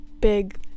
big